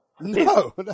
no